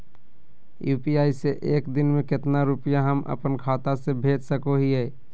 UPI से एक दिन में कितना रुपैया हम अपन खाता से भेज सको हियय?